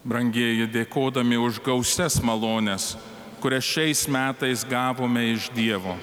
brangieji dėkodami už gausias malones kurias šiais metais gavome iš dievo